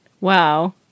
wow